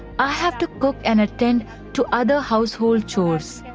i have to cook and attend to other household chores,